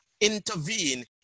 intervene